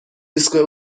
ایستگاه